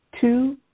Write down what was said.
two